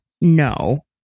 no